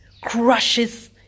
crushes